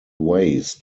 ways